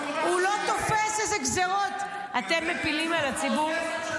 הוא לא תופס איזה גזרות אתם מפילים על הציבור.